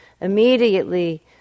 immediately